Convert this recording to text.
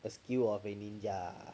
the skill of a ninja